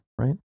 right